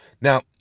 Now